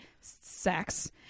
sex